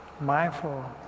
mindful